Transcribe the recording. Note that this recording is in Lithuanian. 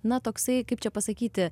na toksai kaip čia pasakyti